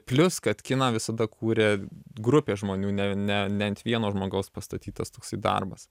plius kad kiną visada kūrė grupė žmonių ne ne ne ant vieno žmogaus pastatytas toksai darbas